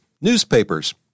newspapers